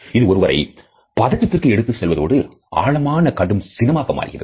இது ஒருவரை பதற்றத்திற்கு எடுத்துச் செல்வதோடு ஆழமான கடும் சினம் ஆக மாறுகிறது